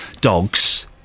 dogs